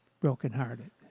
brokenhearted